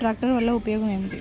ట్రాక్టర్ల వల్ల ఉపయోగం ఏమిటీ?